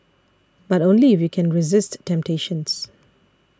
but only if you can resist temptations